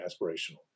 aspirational